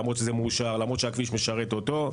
למרות שזה מאושר ושהכביש משרת אותו,